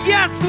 Yes